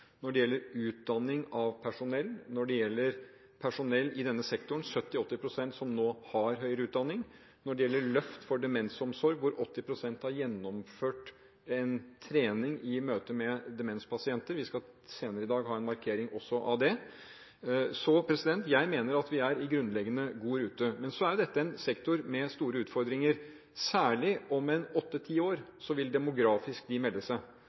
når det gjelder utdanning av personell i denne sektoren – 70–80 pst. har nå høyere utdanning – og når det gjelder løft for demensomsorg, hvor 80 pst. har gjennomført trening for demenspasienter. Vi skal senere i dag ha en markering av det. Jeg mener at vi er grunnleggende godt i rute. Men dette er en sektor med store utfordringer. Særlig om åtte–ti år vil de melde seg